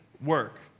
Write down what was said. work